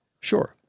Sure